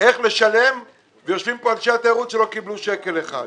איך לשלם ויושבים כאן אנשי התיירות שלא קיבלו שקל אחד.